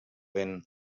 vent